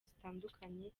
zitandukanye